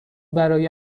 برای